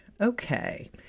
Okay